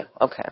okay